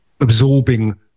absorbing